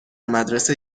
مدرسه